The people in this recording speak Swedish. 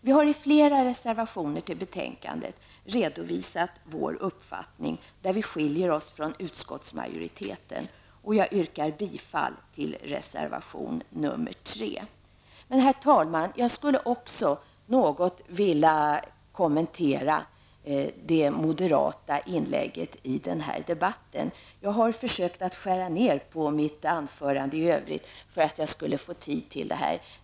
Vi har i flera reservationer till betänkandet redovisat vår uppfattning där vi skiljer oss från utskottsmajoriteten, och jag yrkar bifall till reservation 3. Men jag skulle också, herr talman, vilja kommentera det moderata inlägget i den här debatten. Jag har försökt skära ned mitt anförande i övrigt för att jag skulle få tid till detta.